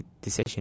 decision